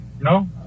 No